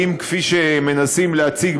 האם במה שמנסים להציג,